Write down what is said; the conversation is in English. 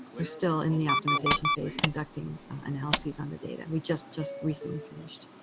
we're still in the optimization phase conducting analyses on the data, and we just just recently finished.